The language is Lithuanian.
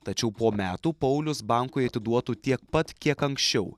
tačiau po metų paulius bankui atiduotų tiek pat kiek anksčiau